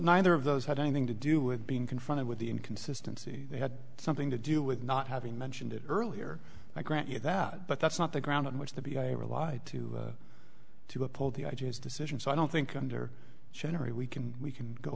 neither of those had anything to do with being confronted with the inconsistency they had something to do with not having mentioned it earlier i grant you that but that's not the ground on which to be relied to to uphold the ideas decision so i don't think under generally we can we can go